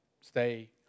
stay